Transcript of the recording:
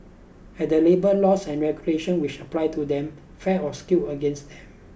are the labour laws and regulation which apply to them fair or skewed against